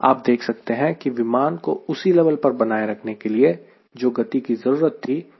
आप देख सकते हैं कि विमान को उसी लेवल पर बनाए रखने के लिए जो गति की जरूरत थी वह भी कम हो गई है